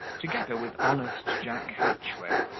together with honest jack hatchway,